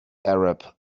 arab